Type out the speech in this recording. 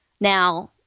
Now